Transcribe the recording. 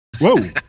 Whoa